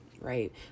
right